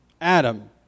Adam